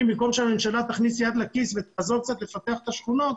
במקום שהממשלה תכניס יד לכיס ותעזור קצת לפתח את השכונות,